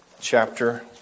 chapter